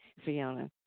Fiona